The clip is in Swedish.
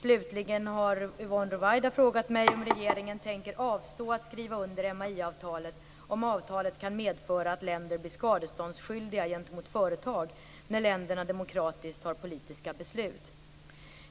Slutligen har Yvonne Ruwaida frågat mig om regeringen tänker avstå att skriva under MAI-avtalet om avtalet kan medföra att länder blir skadeståndsskyldiga gentemot företag när länderna demokratiskt fattar politiska beslut.